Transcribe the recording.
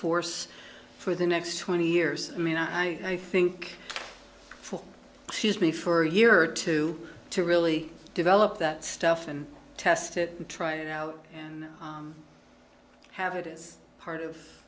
force for the next twenty years i mean i think for me for a year or two to really develop that stuff and test it and try it out and have it is part of